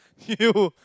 you